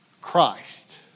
Christ